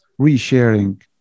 resharing